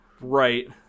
Right